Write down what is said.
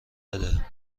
بده